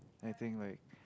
I think like